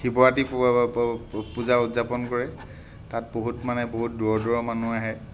শিৱৰাত্ৰী পূজা উদযাপন কৰে তাত বহুত মানে বহুত দূৰৰ দূৰৰ মানুহ আহে